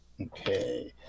Okay